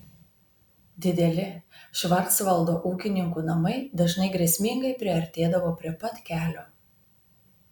dideli švarcvaldo ūkininkų namai dažnai grėsmingai priartėdavo prie pat kelio